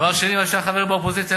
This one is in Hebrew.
דבר שני, מה שהחברים באופוזיציה ירצו.